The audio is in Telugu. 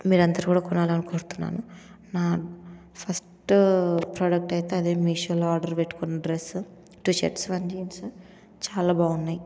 మీరందరు కూడా కొనాలని కోరుతున్నాను నా ఫస్ట్ ప్రోడక్ట్ అయితే అదే మీషోలో ఆర్డర్ పెట్టుకున్నా dress two shirts one jeans చాలా బాగున్నాయి